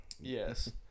Yes